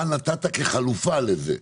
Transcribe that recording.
אלא מה נתת כחלופה לזה.